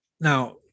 Now